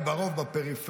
זה ברור בפריפריה.